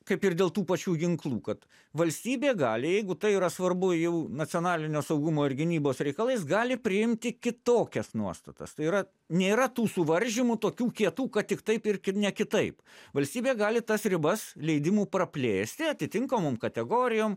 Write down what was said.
kaip ir dėl tų pačių ginklų kad valstybė gali jeigu tai yra svarbu jau nacionalinio saugumo ir gynybos reikalais gali priimti kitokias nuostatas tai yra nėra tų suvaržymų tokių kietų kad tik taip ir ne kitaip valstybė gali tas ribas leidimų praplėsti atitinkamom kategorijom